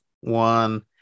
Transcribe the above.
one